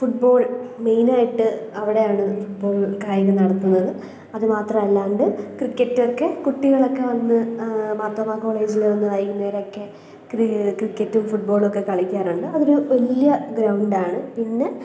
football മെയിനായിട്ട് അവിടെയാണ് ഇപ്പോൾ കായികം നടത്തുന്നത് അതുമാത്രമല്ലാണ്ട് ക്രിക്കറ്റൊക്കെ കുട്ടികളൊക്കെ വന്ന് മാർത്തോമാ കോളേജിൽ വന്ന് വൈകുന്നേരമൊക്കെ ക്രി ക്രിക്കറ്റും ഫുട്ബോളൊക്കെ കളിക്കാറുണ്ട് അതൊരു വലിയ ഗ്രൗണ്ടാണ് പിന്നെ